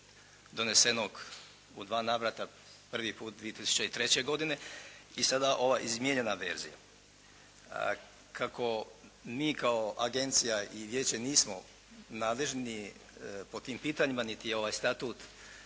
donesenog u dva navrata, prvi puta 2003. i sada ova izmijenjena verzija. Kako mi kao agencija i vijeće nismo nadležni po tim pitanjima niti je ovaj statut